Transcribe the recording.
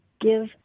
Give